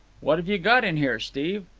what have you got in here, steve?